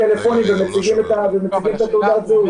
מבקש שתבדקו את הטענות ותנו לזה תשובה בהמשך הדיונים.